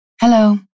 Hello